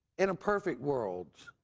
in a perfect world,